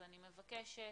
אז אני מבקשת